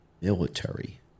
military